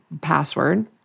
password